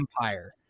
empire